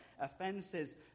offences